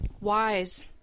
Wise